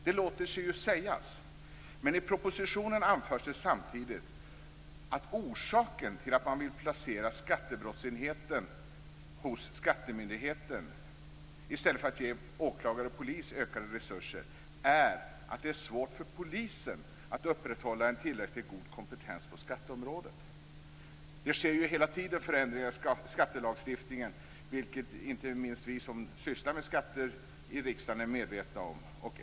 Det låter sig ju sägas, men i propositionen anförs det samtidigt att orsaken till att man vill placera skattebrottsenheten hos skattemyndigheten, i stället för att ge åklagare och polis utökade resurser, är att det är svårt för polisen att upprätthålla en tillräckligt god kompetens på skatteområdet. Det sker ju hela tiden förändringar i skattelagstiftningen, vilket inte minst vi som sysslar med skatter i riksdagen är medvetna om.